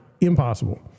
impossible